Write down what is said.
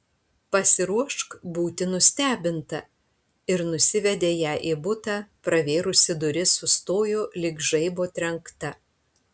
pasiruošk būti nustebinta ir nusivedė ją į butą pravėrusi duris sustojo lyg žaibo trenkta